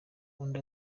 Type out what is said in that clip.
undi